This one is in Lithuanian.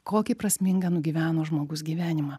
kokį prasmingą nugyveno žmogus gyvenimą